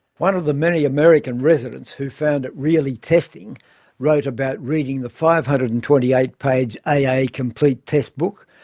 one of the many american residents who found it really testing wrote about reading the five hundred and twenty eight page aa complete test book,